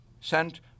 Sent